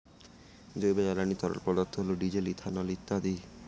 জৈব জ্বালানি তরল পদার্থ হল ডিজেল, ইথানল ইত্যাদি